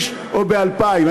האם מדובר ב-1,000 איש או ב-2,000,